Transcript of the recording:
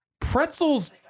Pretzels